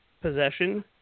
Possession